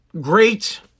great